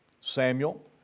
Samuel